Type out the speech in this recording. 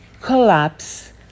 collapse